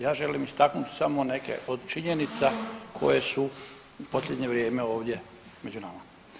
Ja želim istaknuti samo neke od činjenica koje su u posljednje vrijeme ovdje među nama.